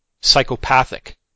psychopathic